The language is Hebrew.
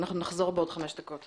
אנחנו נחזור בעוד חמש דקות.